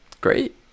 great